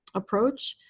approach.